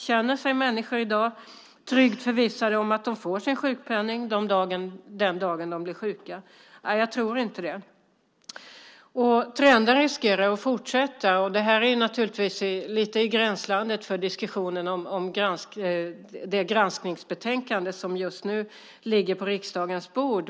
Känner sig människor i dag tryggt förvissade om att de får sin sjukpenning den dag de blir sjuka? Nej, jag tror inte det. Trenden riskerar att fortsätta, och det är naturligtvis lite i gränslandet till diskussionen om det granskningsbetänkande som just nu ligger på riksdagens bord.